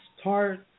start